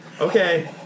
Okay